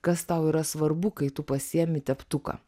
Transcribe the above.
kas tau yra svarbu kai tu pasiimi teptuką